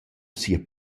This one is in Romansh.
sia